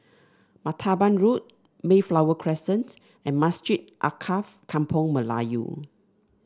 Martaban Road Mayflower Crescent and Masjid Alkaff Kampung Melayu